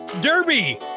Derby